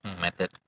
method